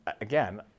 again